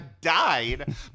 died